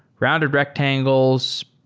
rounded rectangles.